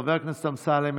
חבר הכנסת אמסלם,